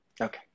Okay